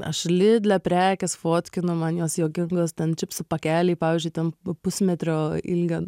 aš lidle prekes fotkinu man jos juokingos ten čipsų pakeliai pavyzdžiui ten pusmetrio ilgio